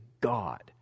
God